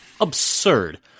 absurd